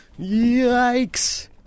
Yikes